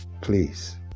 Please